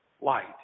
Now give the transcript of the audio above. light